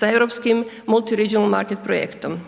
sa europskim multi regional market projektom